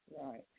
Right